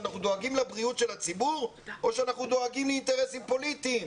אנחנו דואגים לבריאות הציבור או אנחנו דואגים לאינטרסים פוליטיים?